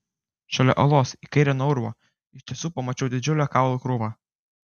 šalia uolos į kairę nuo urvo iš tiesų pamačiau didžiulę kaulų krūvą